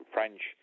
French